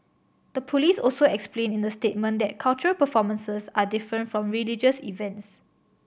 the police also explained in the statement that cultural performances are different from religious events